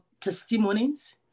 testimonies